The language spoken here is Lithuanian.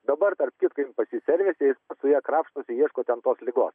dabar tarp kitko jin pas jį servise jis su ja krapštosi ieško ten tos ligos